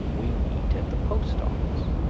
we meet at the post-office,